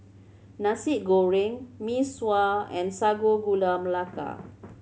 Nasi Goreng Mee Sua and Sago Gula Melaka